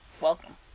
welcome